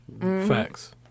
Facts